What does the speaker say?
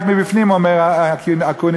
רק מבפנים אומר אקוניס,